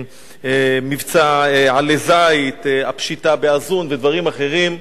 מבצע "עלי זית", הפשיטה בעזון ודברים אחרים.